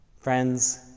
Friends